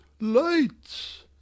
lights